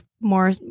more